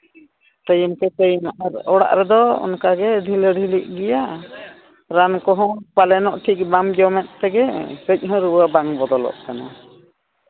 time to time ᱟᱨ ᱚᱲᱟᱜ ᱨᱮᱫᱚ ᱚᱱᱠᱟᱜᱮ ᱰᱷᱤᱞᱟᱹ ᱰᱷᱤᱞᱤᱜ ᱜᱮᱭᱟ ᱨᱟᱱ ᱠᱚᱦᱚᱸ ᱯᱟᱞᱮᱱᱚᱜ ᱴᱷᱤᱠ ᱵᱟᱢ ᱡᱚᱢᱮᱫ ᱛᱮᱜᱮ ᱠᱟᱹᱡ ᱦᱚᱸ ᱨᱩᱣᱟᱹ ᱵᱟᱝ ᱵᱚᱫᱚᱞᱚᱜ ᱠᱟᱱᱟ